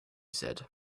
said